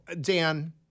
Dan